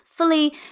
fully